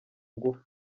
ngufu